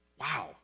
Wow